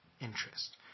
interest